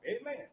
Amen